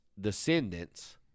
descendants